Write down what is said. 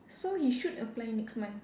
so he should apply next month